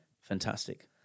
Fantastic